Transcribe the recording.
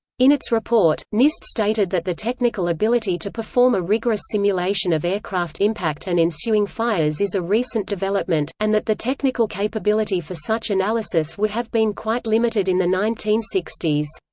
in its report, nist stated that the technical ability to perform a rigorous simulation of aircraft impact and ensuing fires is a recent development, and that the technical capability for such analysis would have been quite limited in the nineteen sixty